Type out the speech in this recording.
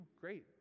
great